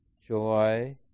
joy